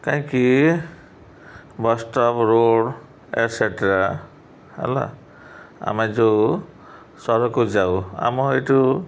କାହିଁକି bus stop road etcetera ହେଲା ଆମେ ଯେଉଁ ସହରକୁ ଯାଉ ଆମ ଏଇଠୁ